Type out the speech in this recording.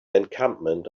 encampment